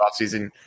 offseason